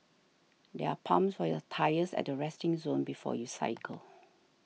there are pumps for your tyres at the resting zone before you cycle